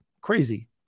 Crazy